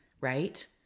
right